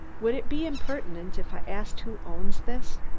would it be impertinent if i ask who owns this?